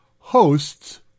hosts